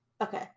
Okay